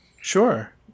Sure